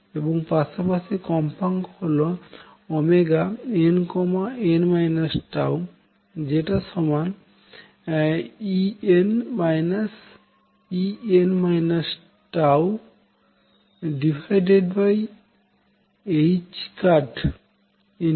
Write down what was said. এবং পাশাপাশি কম্পাঙ্ক হল nn τ যেটা সমান En En τℏ